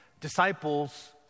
disciples